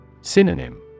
Synonym